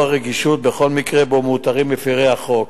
הרגישות בכל מקרה שבו מאותרים מפירי החוק.